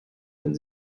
wenn